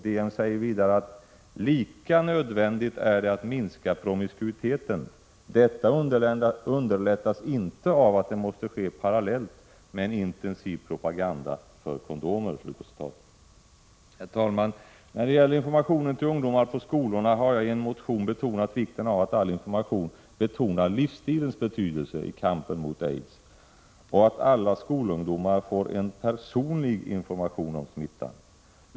DN säger vidare: Lika nödvändigt är det att minska promiskuiteten. Detta underlättas inte av att det måste ske parallellt med en intensiv propaganda för kondomer. Herr talman! När det gäller informationen till ungdomar på skolorna har jag i en motion framhållit vikten av att all information betonar livsstilens betydelse i kampen mot aids och att alla skolungdomar får en personlig information om smittan.